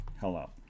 hello